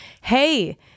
hey